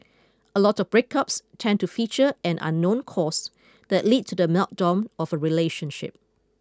a lot of breakups tend to feature an unknown cause that lead to the meltdown of a relationship